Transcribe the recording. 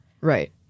Right